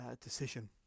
decision